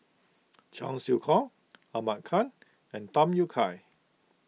Cheong Siew Keong Ahmad Khan and Tham Yui Kai